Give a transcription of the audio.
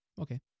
Okay